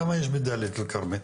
כמה יש בדליית אל כרמל,